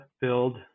build